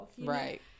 Right